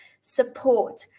Support